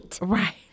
Right